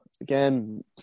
again